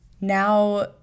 Now